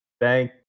Thank